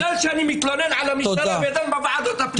אני אזרח נרדף בגלל שאני מתלונן על הוועדות וגם בוועדת הפנים.